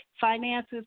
finances